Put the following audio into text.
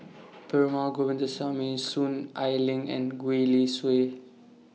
Perumal Govindaswamy Soon Ai Ling and Gwee Li Sui